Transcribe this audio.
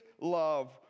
love